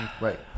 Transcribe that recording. Right